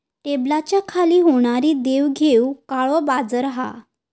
टेबलाच्या खाली होणारी देवघेव काळो बाजार हा